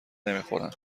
نمیخورند